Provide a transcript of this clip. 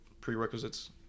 prerequisites